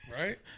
Right